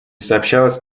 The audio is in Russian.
сообщалось